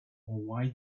white